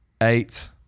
eight